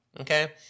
Okay